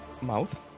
mouth